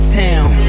town